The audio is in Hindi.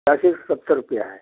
प्यासी एक सौ सत्तर रुपया है